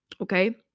Okay